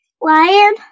Lion